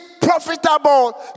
profitable